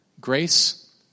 Grace